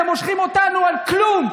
אתם מושכים אותנו על כלום,